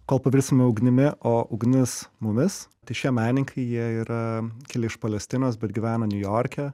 kol pavirsime ugnimi o ugnis mumis tai šie menininkai jie yra kilę iš palestinos bet gyvena niujorke